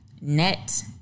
Net